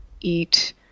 eat